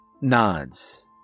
nods